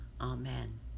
Amen